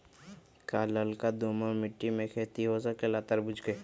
का लालका दोमर मिट्टी में खेती हो सकेला तरबूज के?